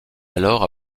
alors